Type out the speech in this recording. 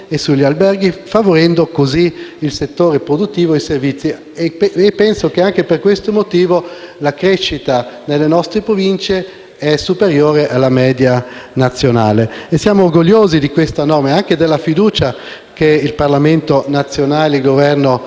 del 2015: il cosiddetto patto di sicurezza. Anche questo va detto una volta tanto in quest'Aula: si tratta di un accordo con il quale abbiamo accettato praticamente tutti i tagli fatti dai precedenti Governi, versando ciascuna Provincia